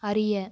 அறிய